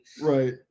right